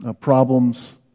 problems